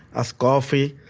as coffee,